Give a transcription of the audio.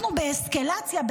אנחנו באסקלציה,